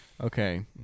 okay